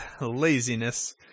laziness